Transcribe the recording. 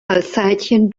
alsatian